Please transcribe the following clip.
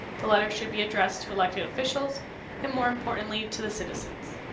the letter should be addressed to elected officials and more importantly to the citizens.